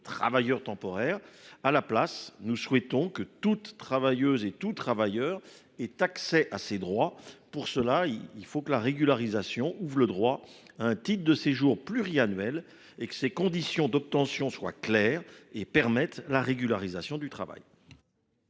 travailleur temporaire. À la place, nous souhaitons que toute travailleuse et tout travailleur ait accès à ses droits. La régularisation doit ouvrir droit à un titre de séjour pluriannuel, dont les conditions d’obtention seraient claires et permettraient la régularisation du travail.